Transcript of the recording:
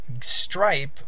Stripe